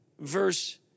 Verse